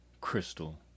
crystal